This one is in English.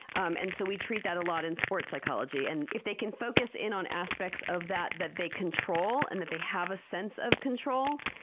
um and so we treat that a lot in sports psychology. and if they can focus in on aspects of that that they control and that they have a sense of control,